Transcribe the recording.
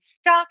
stock